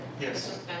Yes